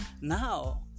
Now